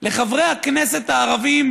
לחברי הכנסת הערבים,